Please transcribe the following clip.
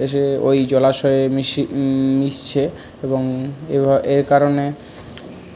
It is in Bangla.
ও যে ওই জলাশয়ে মিশে মিশছে এবং এবা এর কারণে